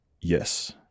yes